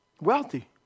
wealthy